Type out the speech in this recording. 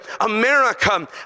America